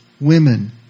women